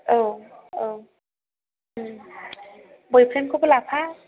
औ औ बयफ्रेन्डखौबो लाफा